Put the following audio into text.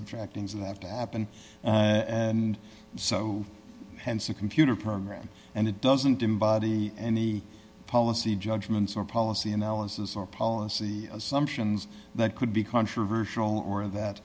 subtracting and have to happen and so hence a computer program and it doesn't embody any policy judgments or policy analysis or policy assumptions that could be controversial or that